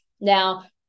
Now